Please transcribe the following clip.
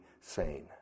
sane